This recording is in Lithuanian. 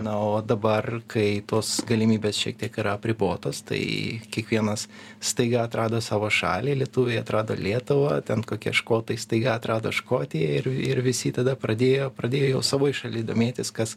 na o dabar kai tos galimybės šiek tiek yra apribotos tai kiekvienas staiga atrado savo šalį lietuviai atrado lietuvą ten kokie škotai staiga atrado škotiją ir ir visi tada pradėjo pradėjo jau savoj šaly domėtis kas